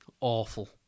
Awful